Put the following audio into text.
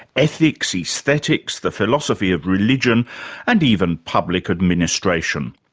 ethics, aesthetics, the philosophy of religion and even public administration.